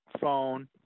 phone